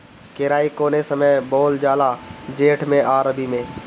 केराई कौने समय बोअल जाला जेठ मैं आ रबी में?